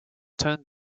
turned